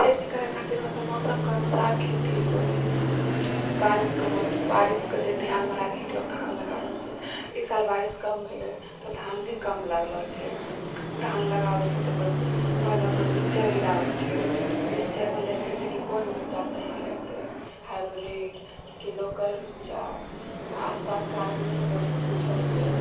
खेती करैके खातिर हमरासबके मौसमके अनुसार खेती होइत छै बारिशके मौसम बारिशके ध्यानमे राखिके लोग धान लगाबए छै एहि साल बारिश कम भेलेहँ तऽ धान भी कम लगलो छै धान लगाबए छै तऽ पहिले ओकर बिज्जा गिराबए छै बिज्जा मे देखैछै कि कोन बिज्जा सही रहतै हाइब्रि कि लोकल बिज्जा तऽ आसपासके आदमीसँ लोक पूछय छै